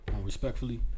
respectfully